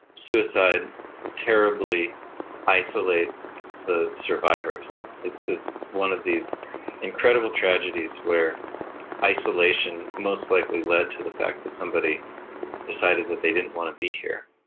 suicide terribly isolates the survivors. it's one of these incredible tragedies where isolation most likely led to the fact that somebody decided that they didn't want to be here.